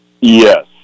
Yes